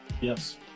Yes